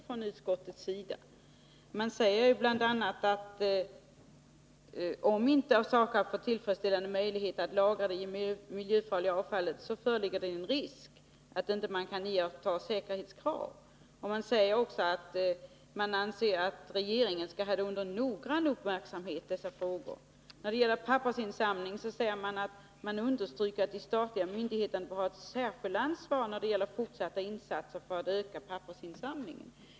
Man säger bl.a. att om inte SAKAB får tillfredsställande möjlighet att lagra det miljöfarliga avfallet, föreligger det en risk för att erforderliga säkerhetskrav inte kan iakttas, och man anser också att regeringen skall ha dessa frågor under noggrann uppmärksamhet. Man understryker vidare att den statliga myndigheten har ett särskilt ansvar när det gäller fortsatta insatser för att öka pappersinsamlingen.